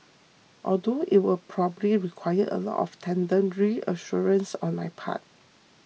although it will probably require a lot of tender reassurances on my part